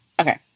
Okay